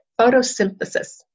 Photosynthesis